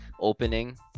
opening